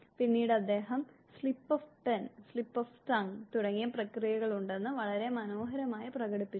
പിന്നീട് അദ്ദേഹം slip of pen slip of tongue തുടങ്ങിയ പ്രക്രിയകളുണ്ടെന്ന് വളരെ മനോഹരമായി പ്രകടിപ്പിച്ചു